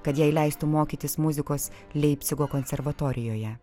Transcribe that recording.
kad jai leistų mokytis muzikos leipcigo konservatorijoje